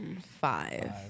Five